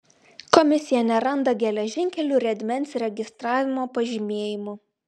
komisija neranda geležinkelių riedmens registravimo pažymėjimų